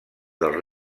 dels